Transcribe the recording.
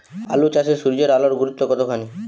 আলু চাষে সূর্যের আলোর গুরুত্ব কতখানি?